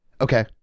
Okay